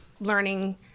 learning